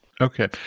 Okay